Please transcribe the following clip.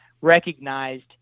recognized